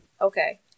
Okay